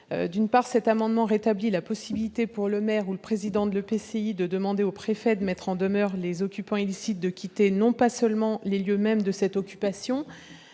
D'une part, cet amendement a pour objet de rétablir la possibilité pour le maire ou le président de l'EPCI de demander au préfet de mettre en demeure les occupants illicites de quitter non pas seulement les lieux mêmes de cette occupation,